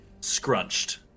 scrunched